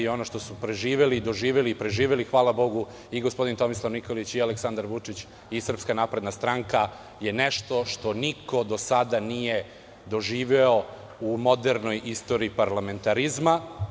Ono što su preživeli i doživeli, hvala Bogu, gospodin Tomislav Nikolić, Aleksandar Vučić i SNS je nešto što niko do sada nije doživeo u modernoj istoriji parlamentarizma.